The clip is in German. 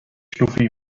schnuffi